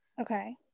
okay